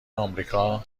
آمریکا